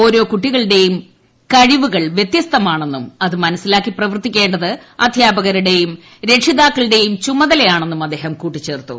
ഓരോ കുട്ടികളുടെയ്യും കഴിവുകൾ വ്യത്യസ്തമാണെന്നും അത് മനസ്സിലാക്കി പ്രവർത്തിക്കേ ത് അധ്യാപകരുടെയും രക്ഷിതാക്കളുടെയും ചുമതലയാണെന്നും അദ്ദേഹം കൂട്ടിച്ചേർത്തു